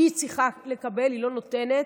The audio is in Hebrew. היא צריכה לקבל, היא לא נותנת.